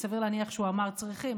סביר להניח שהוא אמר "צריכים",